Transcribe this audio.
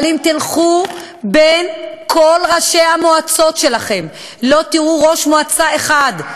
אבל אם תלכו בין כל ראשי המועצות שלכם לא תראו ראש מועצה אחד,